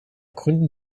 gründen